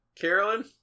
Carolyn